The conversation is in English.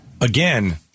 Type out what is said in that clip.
again